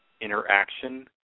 interaction